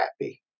happy